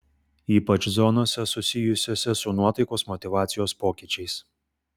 ypač zonose susijusiose su nuotaikos motyvacijos pokyčiais